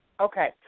Okay